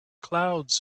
clouds